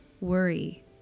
worry